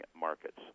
markets